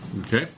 Okay